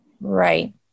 right